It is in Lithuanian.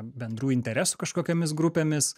bendrų interesų kažkokiomis grupėmis